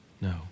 No